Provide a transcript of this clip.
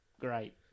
great